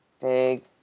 Big